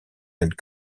tels